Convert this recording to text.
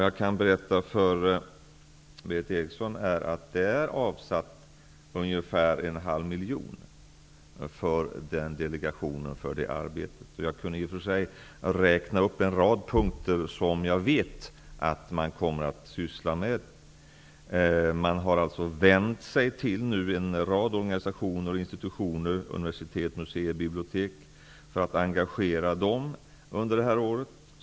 Jag kan berätta för Berith Eriksson att det är avsatt ungefär en halv miljon för delegationens arbete. Jag kan i och för sig räkna upp en rad punkter som jag vet att man kommer att syssla med. Man har vänt sig till en rad organisationer och institutioner -- universitet, museer och bibliotek -- för att under detta år engagera dem i arbetet.